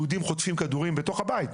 יהודים חוטפים כדורים בתוך הבית,